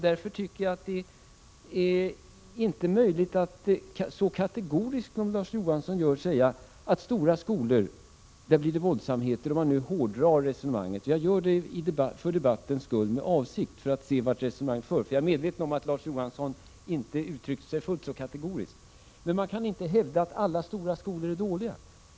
Därför kan man inte så kategoriskt som Larz Johansson gör säga att det i stora skolor blir våldsamheter, om man nu hårdrar resonemanget — jag gör det med avsikt för debattens skull för att se vart resonemanget för, och jag är medveten om att Larz Johansson inte uttryckte sig fullt så kategoriskt. Man kan inte hävda att alla stora skolor är dåliga.